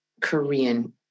Korean